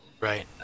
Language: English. Right